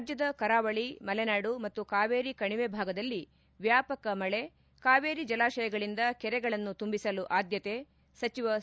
ರಾಜ್ಯದ ಕರಾವಳಿ ಮಲೆನಾಡು ಮತ್ತು ಕಾವೇರಿ ಕಣಿವೆ ಭಾಗದಲ್ಲಿ ವ್ಯಾಪಕ ಮಳೆ ಕಾವೇರಿ ಜಲಾಶಯಗಳಿಂದ ಕೆರೆಗಳನ್ನು ತುಂಬಿಸಲು ಆದ್ಲತೆ ಸಚಿವ ಸಿ